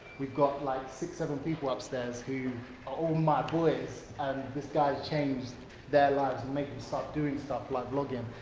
we've got like six, seven people upstairs who, are all my boys and this guy's changed their lives and make them start doing stuff like vlogging.